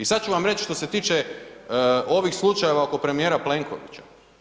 I sad ću vam reći što se tiče ovih slučajeva oko premijera Plenkovića.